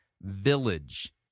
Village